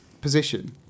position